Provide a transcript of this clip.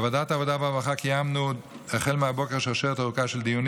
בוועדת העבודה והרווחה קיימנו החל מהבוקר שרשרת ארוכה של דיונים